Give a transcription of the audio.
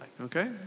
okay